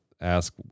ask